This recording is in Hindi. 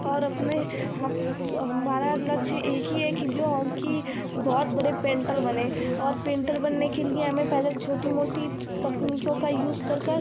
और अपने हम हमारा लक्ष्य एक ही है कि जो हम कि बहुत बड़े पेंटर बनें और पेंटर बनने के लिए हमें पहले छोटी मोटी तकनीकियों का यूज़ कर कर